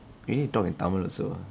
we need talk in tamil also